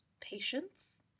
patience